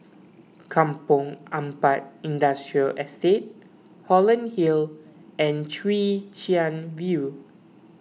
Kampong Ampat Industrial Estate Holland Hill and Chwee Chian View